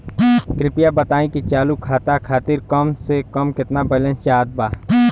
कृपया बताई कि चालू खाता खातिर कम से कम केतना बैलैंस चाहत बा